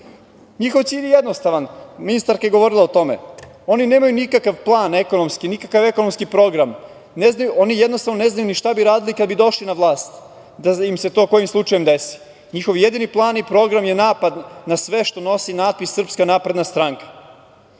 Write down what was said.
cilj je jednostavan. Ministarka je govorila o tome. Oni nemaju nikakav plan ekonomski, nikakav ekonomski program. Oni ne znaju šta bi radili kad bi došli na vlast, da im se to, kojim slučajem, desi. Njihov jedini plan i program je napad na sve što nosi natpis Srpska napredna stranka. Zbog